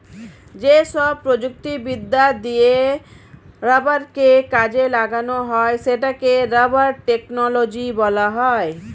যেসব প্রযুক্তিবিদ্যা দিয়ে রাবারকে কাজে লাগানো হয় সেটাকে রাবার টেকনোলজি বলা হয়